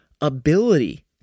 ability